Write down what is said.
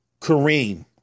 Kareem